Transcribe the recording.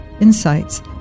insights